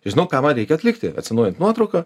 žinau ką man reikia atlikti atsinaujinti nuotrauką